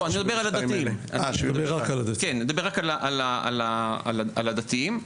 אני מדבר רק על הדתיים.